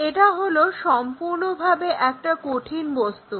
এটা হলো সম্পূর্ণভাবে একটা কঠিন বস্তু